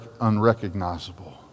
unrecognizable